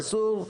אסור,